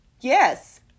Yes